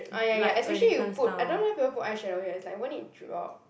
ah ya ya especially you put I don't know why people put eye shadow here it's like won't it drop